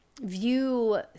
view